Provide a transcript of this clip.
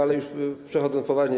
Ale już podchodząc poważnie.